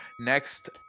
Next